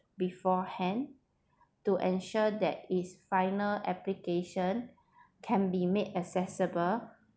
beforehand to ensure that it’s final application can be made accessible